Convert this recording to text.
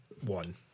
one